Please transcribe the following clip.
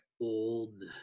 old